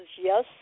yes